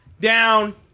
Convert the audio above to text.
Down